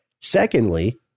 Secondly